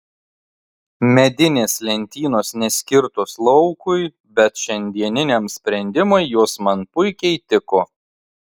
medinės lentynos neskirtos laukui bet šiandieniniam sprendimui jos man puikiai tiko